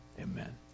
Amen